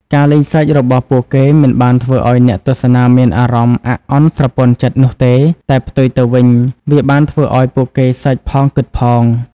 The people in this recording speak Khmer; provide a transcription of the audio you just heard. ការលេងសើចរបស់ពួកគេមិនបានធ្វើឲ្យអ្នកទស្សនាមានអារម្មណ៍អាក់អន់ស្រពន់ចិត្តនោះទេ តែផ្ទុយទៅវិញ វាបានធ្វើឲ្យពួកគេសើចផង គិតផង។